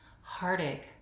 heartache